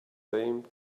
same